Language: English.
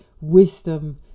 wisdom